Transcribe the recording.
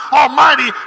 almighty